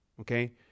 Okay